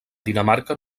dinamarca